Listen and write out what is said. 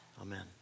Amen